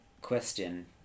question